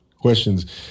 questions